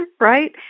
right